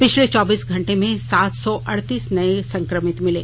पिछले चौबीस घंटे में सात सौ अड़तीस नए संकमित मिले